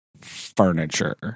furniture